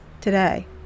today